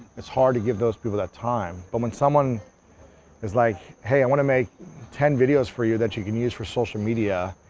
it's hard to give those people that time, but when someone is like, hey, i wanna make ten videos for you, that you can use for social media.